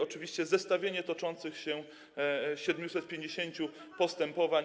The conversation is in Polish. Oczywiście zestawienie toczących się 750 postępowań.